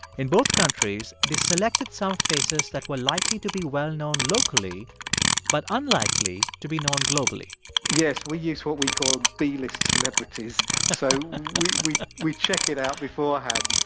in both countries, they selected some faces that were likely to be well-known locally but unlikely to be known globally yes, we use what we call b-list celebrities so and we we check it out beforehand,